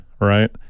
right